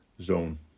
zone